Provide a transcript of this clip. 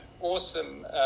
awesome